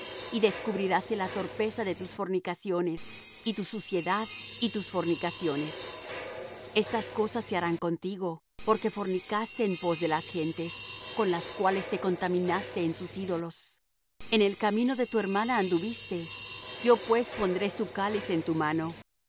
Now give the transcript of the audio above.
y descubriráse la torpeza de tus fornicaciones y tu suciedad y tus fornicaciones estas cosas se harán contigo porque fornicaste en pos de las gentes con las cuales te contaminaste en sus ídolos en el camino de tu hermana anduviste yo pues pondré su cáliz en tu mano así